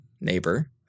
neighbor